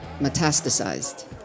metastasized